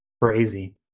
Crazy